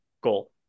goal